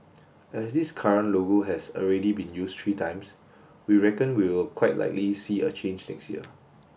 as this current logo has already been used three times we reckon we'll quite likely see a change next year